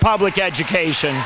public education